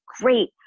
great